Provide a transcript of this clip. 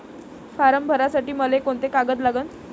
Form भरासाठी मले कोंते कागद लागन?